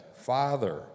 Father